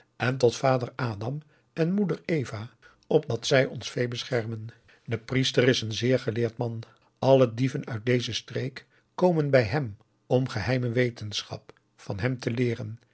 en tot vader adam en moeder eva opdat zij ons vee beschermen de priester is een zeer geleerd man alle dieven uit deze streek komen bij hem om geheime wetenschap van hem te leeren